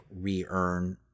re-earn